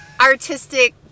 artistic